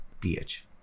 ph